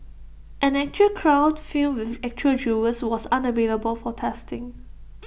an actual crown filled with actual jewels was unavailable for testing